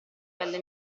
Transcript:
pelle